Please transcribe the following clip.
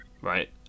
right